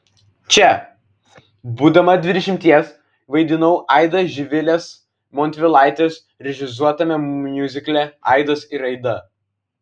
čia būdama dvidešimties vaidinau aidą živilės montvilaitės režisuotame miuzikle aidas ir aida